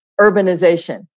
urbanization